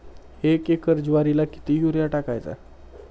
एक एकर ज्वारीला किती युरिया टाकायचा?